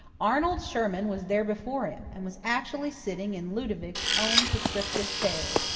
arnold sherman was there before him, and was actually sitting in ludovic's own prescriptive chair.